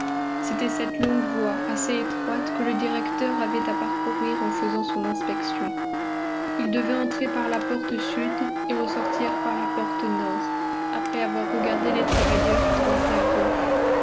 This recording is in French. c'était cette longue voie assez étroite que le directeur avait à parcourir en faisant son inspection il devait entrer par la porte sud et ressortir par la porte nord après avoir regardé les travailleurs à droite et à gauche